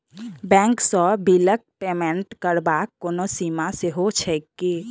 Bank सँ बिलक payment करबाक कोनो सीमा सेहो छैक की?